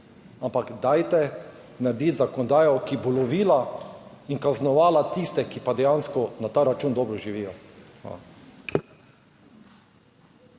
ampak dajte narediti zakonodajo, ki bo lovila in kaznovala tiste, ki pa dejansko na ta račun dobro živijo.